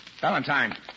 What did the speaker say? Valentine